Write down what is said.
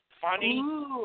funny